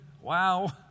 Wow